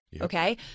Okay